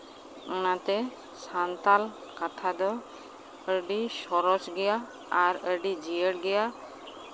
ᱚᱱᱟᱛᱮ ᱥᱟᱱᱛᱟᱞᱲ ᱠᱟᱛᱷᱟ ᱫᱚ ᱟᱹᱰᱤ ᱥᱚᱨᱚᱥ ᱜᱮᱭᱟ ᱟᱨ ᱟᱹᱰᱤ ᱡᱤᱭᱟᱹᱲ ᱜᱮᱭᱟ